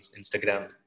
Instagram